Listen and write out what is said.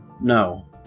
No